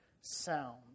sound